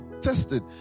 tested